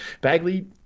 Bagley